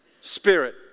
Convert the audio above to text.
spirit